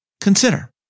Consider